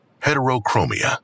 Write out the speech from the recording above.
Heterochromia